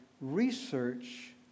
research